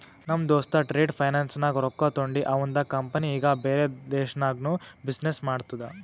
ನಮ್ ದೋಸ್ತ trade finance ನಾಗ್ ರೊಕ್ಕಾ ತೊಂಡಿ ಅವಂದ ಕಂಪನಿ ಈಗ ಬ್ಯಾರೆ ದೇಶನಾಗ್ನು ಬಿಸಿನ್ನೆಸ್ ಮಾಡ್ತುದ